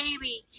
baby